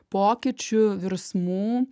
pokyčių virsmų